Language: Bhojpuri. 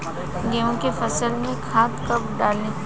गेहूं के फसल में खाद कब डाली?